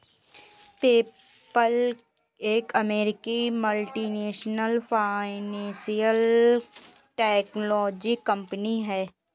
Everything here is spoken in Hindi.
पेपल एक अमेरिकी मल्टीनेशनल फाइनेंशियल टेक्नोलॉजी कंपनी है